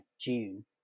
June